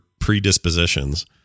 predispositions